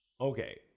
Okay